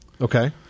Okay